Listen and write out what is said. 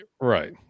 right